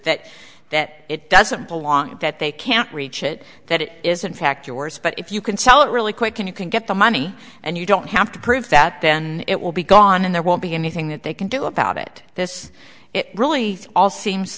that that it doesn't belong that they can't reach it that it is in fact yours but if you can sell it really quick can you can get the money and you don't have to prove that then it will be gone and there won't be anything that they can do about it this is really all seems